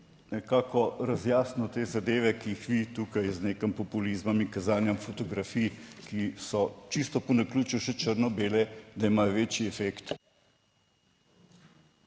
nekako razjasnil te zadeve, ki jih vi tukaj z nekim populizmom in kazanjem fotografij, ki so čisto po naključju še črno bele, da imajo večji efekt.